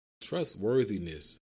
Trustworthiness